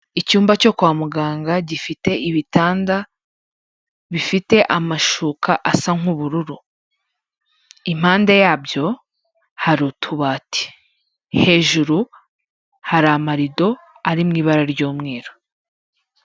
Icyumba cyo kwa muganga gifite ibitanda, bifite amashuka asa nk'ubururu. Impande yabyo, hari utubati. Hejuru, hari amarido ari mu ibara ry'umweru.